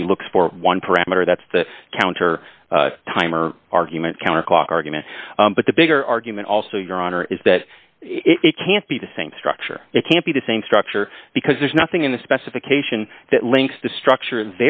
only looks for one parameter that's the counter timer argument counter clock argument but the bigger argument also your honor is that it can't be the same structure it can't be the same structure because there's nothing in the specification that links the structure